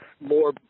more